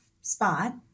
spot